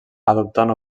adoptant